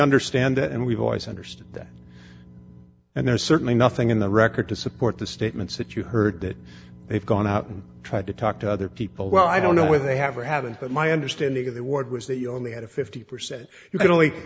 understand and we've always understood that and there's certainly nothing in the record to support the statements that you heard that they've gone out and tried to talk to other people well i don't know whether they have or haven't but my understanding of the ward was that you only had a fifty percent you can only